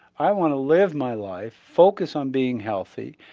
i want to live my life, focus on being healthy,